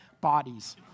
bodies